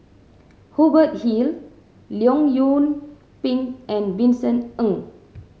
Hubert Hill Leong Yoon Pin and Vincent Ng